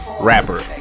rapper